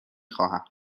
خواهم